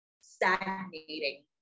stagnating